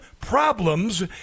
problems